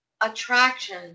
attraction